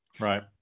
Right